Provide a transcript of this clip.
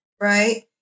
right